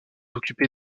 occupé